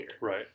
Right